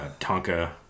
Tonka